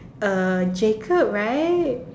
uh Jacob right